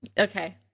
Okay